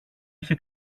είχε